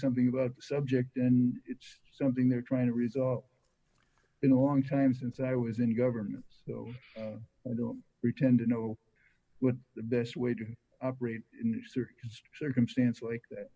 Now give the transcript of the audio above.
something about the subject and it's something they're trying to resolve been a long time since i was in government though i don't pretend to know what the best way to operate or circumstance like that